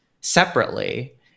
separately